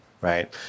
right